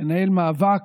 לנהל מאבק,